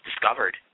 discovered